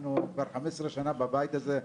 אנחנו כבר חמש עשרה שנה בבית הזה,